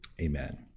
Amen